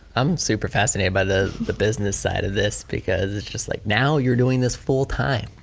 i'm super fascinated by the the business side of this because it's just like, now you're doing this full time.